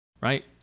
right